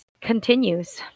continues